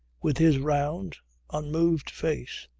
with his round unmoved face,